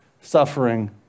suffering